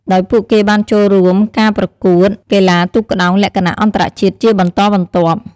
ដោយពួកគេបានចូលរួមការប្រកួតកីឡាទូកក្ដោងលក្ខណៈអន្តរជាតិជាបន្តបន្ទាប់។